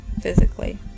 physically